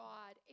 God